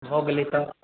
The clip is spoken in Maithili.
भऽ गेलै तऽ